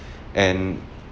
and